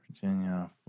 Virginia